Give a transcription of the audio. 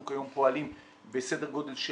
אנחנו כיום פועלים בסדר גודל,